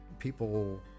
people